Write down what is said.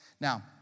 Now